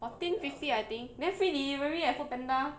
fourteen fifty I think then free delivery eh Foodpanda